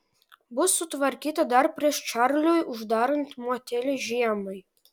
bus sutvarkyta dar prieš čarliui uždarant motelį žiemai